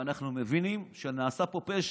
ואנחנו מבינים שנעשה פה פשע.